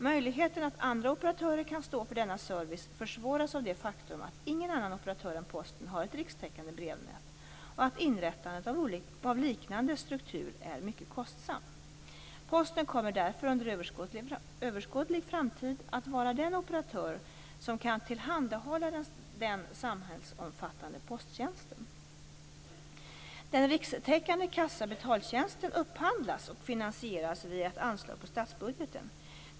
Möjligheten att andra operatörer kan stå för denna service försvåras av det faktum att ingen annan operatör än Posten har ett rikstäckande brevnät och att inrättandet av en liknande struktur är mycket kostsamt. Posten kommer därför, under överskådlig framtid, att vara den operatör som kan tillhandahålla den samhällsomfattande posttjänsten. Den rikstäckande kassa-/betaltjänsten upphandlas och finansieras via ett anslag på statsbudgeten.